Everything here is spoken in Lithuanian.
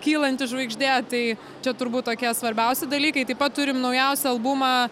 kylanti žvaigždė tai čia turbūt tokie svarbiausi dalykai taip pat turim naujausią albumą